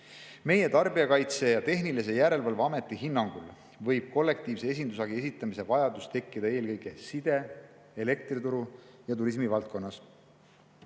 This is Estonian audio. Tarbijakaitse ja Tehnilise Järelevalve Ameti hinnangul võib kollektiivse esindushagi esitamise vajadus tekkida eelkõige side-, elektrituru- ja turismivaldkonnas. Eelnõuga